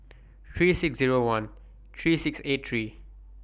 three six Zero one three six eight three